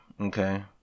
okay